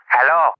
Hello